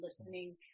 listening